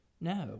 No